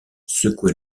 secoué